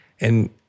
And-